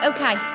Okay